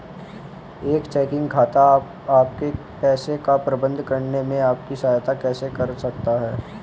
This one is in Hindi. एक चेकिंग खाता आपके पैसे का प्रबंधन करने में आपकी सहायता कैसे कर सकता है?